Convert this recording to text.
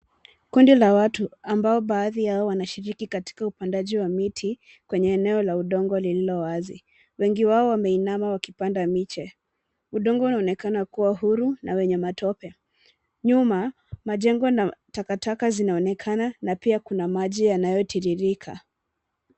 Kundi la watu ambao baadhi yao wanashiriki katika upandaji wa miti kwenye eneo la udongo lililo wazi. Wengi wao wameinama wakipanda miche. Udongo unaonekana kuwa huru na wenye matope. Nyuma, majengo na takataka zinaonekana na pia kuna maji yanayotiririka.